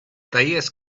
this